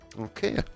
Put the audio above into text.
Okay